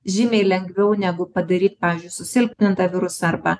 žymiai lengviau negu padaryt pavyzdžiui susilpnintą virusą arba